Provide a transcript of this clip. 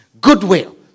goodwill